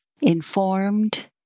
Informed